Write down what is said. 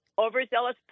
overzealous